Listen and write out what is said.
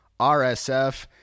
RSF